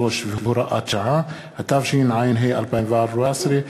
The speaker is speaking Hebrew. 33 והוראת שעה), התשע"ה 2014,